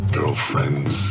Girlfriends